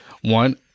one-